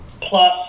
plus